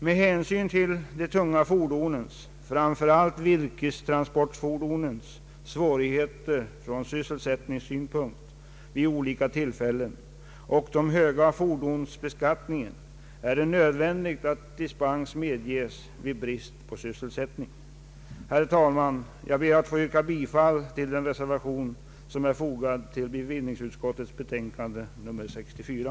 Med hänsyn till de tunga fordonens, framför allt virkestransportfordonens, «svårigheter från sysselsättningssynpunkt vid olika tillfällen och den höga fordonsbeskattningen är det nödvändigt att dispens medges vid brist på sysselsättning. Herr talman! Jag ber att få yrka bifall till den reservation som är fogad till bevillningsutskottets betänkande nr 64.